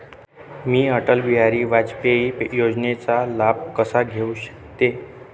मी अटल बिहारी वाजपेयी योजनेचा लाभ कसा घेऊ शकते?